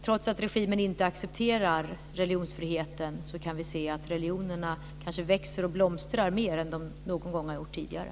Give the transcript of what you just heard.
Trots att regimen inte accepterar religionsfriheten kan vi se att religionerna växer och blomstrar mer än de kanske har gjort någon gång tidigare.